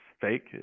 fake